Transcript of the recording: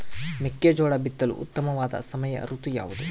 ಮೆಕ್ಕೆಜೋಳ ಬಿತ್ತಲು ಉತ್ತಮವಾದ ಸಮಯ ಋತು ಯಾವುದು?